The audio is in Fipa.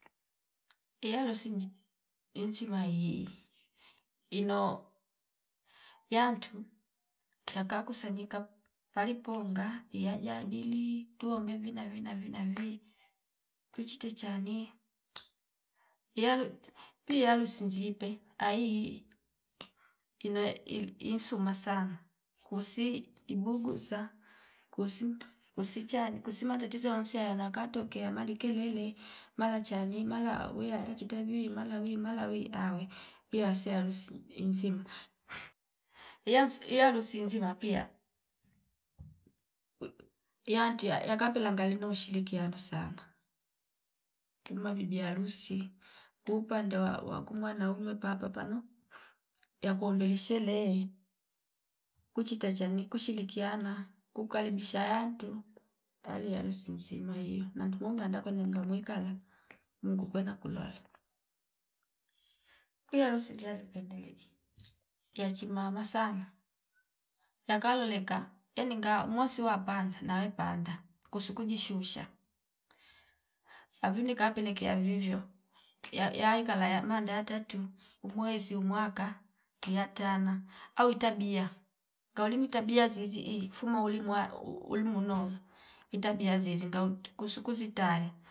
Iharusi inchima yeyi ino yantu yaka kusanyika palipo nga iyajadili tuomve vina- vina- vinavi twitichi chani iyalu pi yalu sinjipe aii ino ili insuma sana wusi ibuguza kusi kusichani kusi matatizo wonsi yana katokea mali kelele mala chani mala wuya atahi tavi mala wi mala wi awe iya sio harusi insima. Iyasu iyalusi insima pia yatia yakapela ngalino ushirikiano sana wulma bibi harusi ku upande wa- wakumwanaume papa pano yakuo mbele sherehe kuchita chani kushirikiana kukaribisha yantu ali harusi nzima nantu monga anda kwenenga mwikala mkuu kwenda kulala, kwi harusi ndali pendeli yachima vasana yakaloleka yeninga mwasi wapanda nwe panda kusu kujishusha avini pakeleka vivyo ya- yanekala yana ndatatu umwezi umwaka miya tana awi tabia ngaulini tabia ziziii fuma uli mwa u- ulimuno itabia zeze ngau tukusukuzi tali